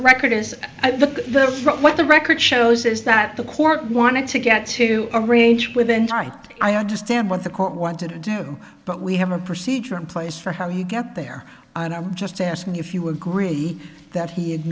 record is the from what the record shows is that the court wanted to get to a range within type i understand what the court wanted to do but we have a procedure in place for how you get there and i'm just asking if you agree that he i